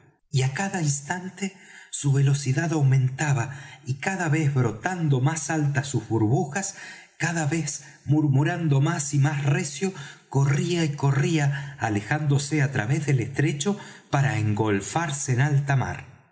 y á cada instante su velocidad aumentaba y cada vez brotando más altas sus burbujas cada vez murmurando más y más recio corría y corría alejándose á través del estrecho para engolfarse en alta mar